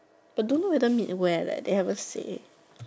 I don't know whether meet where leh they haven't say